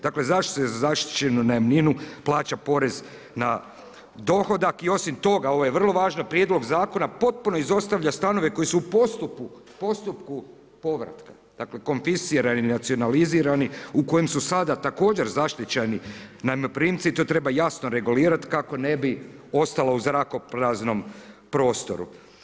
Dakle, zaštita za zaštićenu najamninu plaća porez na dohodak i osim toga ovo je vrlo važan prijedlog zakona potpuno izostavlja stanove koji su u postupku povrata, dakle konfiscirani i nacionalizirani u kojem su sada također zaštićeni najmoprimci i to treba jasno regulirati kako ne bi ostala u zrakopraznom prostoru.